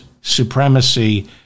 supremacy